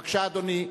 בבקשה, אדוני.